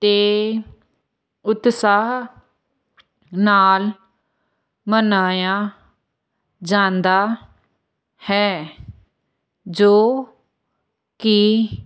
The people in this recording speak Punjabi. ਅਤੇ ਉਤਸ਼ਾਹ ਨਾਲ ਮਨਾਇਆ ਜਾਂਦਾ ਹੈ ਜੋ ਕਿ